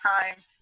time